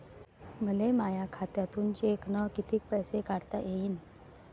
मले माया खात्यातून चेकनं कितीक पैसे काढता येईन?